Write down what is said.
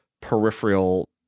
peripheral